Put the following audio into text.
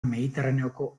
mediterraneoko